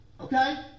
Okay